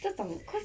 这种 cause